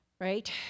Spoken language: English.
Right